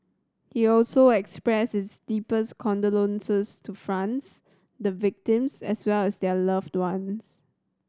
he also expressed his deepest condolences to France the victims as well as their loved ones